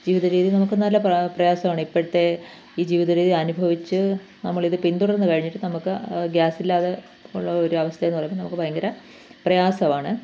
ജീവിതരീതി നിങ്ങൾക്കു നല്ല പ്രയാ പ്രയാസമാണ് ഇപ്പോഴത്തെ ഈ ജീവിത രീതി അനുഭവിച്ചു നമ്മളിതു പിന്തുടർന്നു കഴിഞ്ഞിട്ട് നമ്മൾക്ക് ആ ഗ്യാസില്ലാതെ ഉള്ള ഒരവസ്ഥയെന്നു പറയുന്നത് ഭയങ്കര പ്രയാസമാണ്